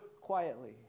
quietly